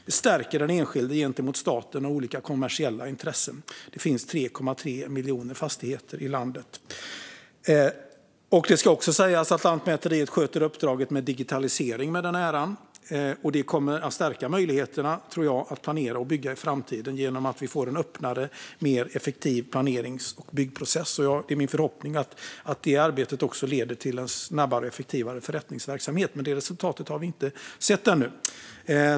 Det stärker den enskilde gentemot staten och olika kommersiella intressen. Det finns 3,3 miljoner fastigheter i landet. Det ska också sägas att Lantmäteriet sköter uppdraget med digitalisering med den äran, och det kommer att stärka möjligheterna att planera och bygga i framtiden genom att vi får en öppnare och mer effektiv planerings och byggprocess. Det är min förhoppning att det arbetet också leder till en snabbare och effektivare förrättningsverksamhet, men det resultatet har vi inte sett ännu.